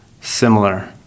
Similar